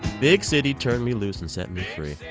big city turn me loose and set me free.